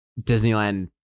Disneyland